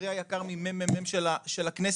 חברי היקר מהממ"מ של הכנסת,